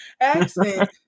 accent